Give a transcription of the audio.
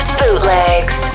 bootlegs